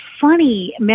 funny